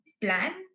plan